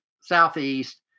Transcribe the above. southeast